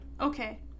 Okay